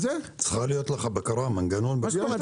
צריכה להיות לך בקרה עליהם, בכל מקרה.